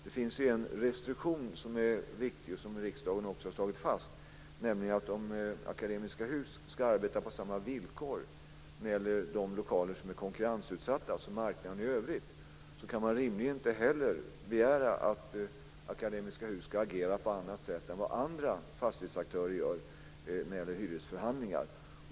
Det finns ju en restriktion som är viktig och som riksdagen också har slagit fast, nämligen att om Akademiska Hus ska arbeta på samma villkor som marknaden i övrigt när det gäller de lokaler som är konkurrensutsatta, så kan man rimligen inte heller begära att Akademiska Hus ska agera på annat sätt än vad andra fastighetsaktörer gör när det gäller hyresförhandlingar.